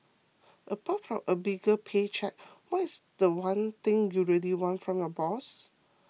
apart from a bigger pay cheque what's the one thing you really want from your boss